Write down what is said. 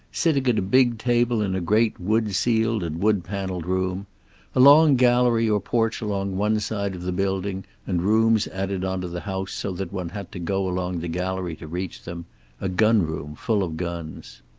sitting at a big table in a great wood-ceiled and wood-paneled room a long gallery or porch along one side of the building and rooms added on to the house so that one had to go along the gallery to reach them a gun-room full of guns.